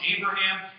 Abraham